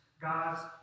God's